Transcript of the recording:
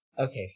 Okay